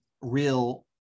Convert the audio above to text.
real